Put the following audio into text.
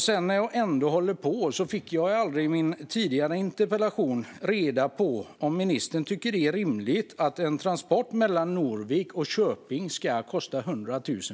Sedan när jag ändå håller på: I min tidigare interpellationsdebatt fick jag aldrig reda på om ministern tycker att det är rimligt att en transport med fartyg mellan Norvik och Köping ska kosta 100 000.